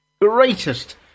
greatest